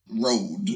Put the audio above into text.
road